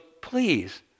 please